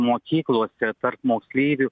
mokyklose tarp moksleivių